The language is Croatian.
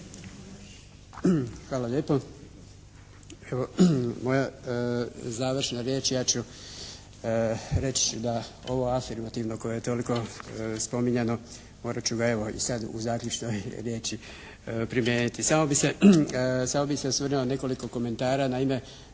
Hvala lijepo. Evo, moja završna riječ, ja ću reći da ovo afirmativno koje je toliko spominjano, morat ću ga evo i sad u zaključnoj riječi primijeniti. Samo bi se osvrnuo na nekoliko komentara. Naime,